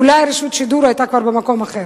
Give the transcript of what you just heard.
אולי רשות השידור היתה כבר במקום אחר.